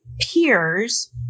peers